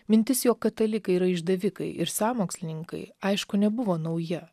mintis jog katalikai yra išdavikai ir sąmokslininkai aišku nebuvo nauja